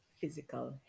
physical